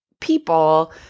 people